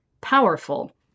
powerful